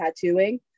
tattooing